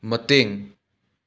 ꯃꯇꯦꯡ